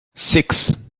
six